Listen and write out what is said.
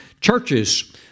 churches